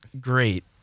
great